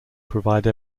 provide